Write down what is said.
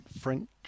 French